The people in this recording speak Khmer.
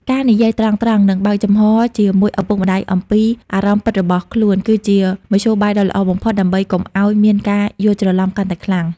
ការនិយាយត្រង់ៗ និងបើកចំហជាមួយឪពុកម្ដាយអំពីអារម្មណ៍ពិតរបស់ខ្លួន គឺជាមធ្យោបាយដ៏ល្អបំផុតដើម្បីកុំឱ្យមានការយល់ច្រឡំកាន់តែខ្លាំង។